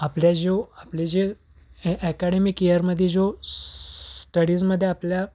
आपल्या जो आपले जे हे ॲकॅडेमिक इयरमध्ये जो स स्टडीजमध्ये आपल्या